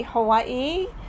Hawaii